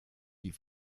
die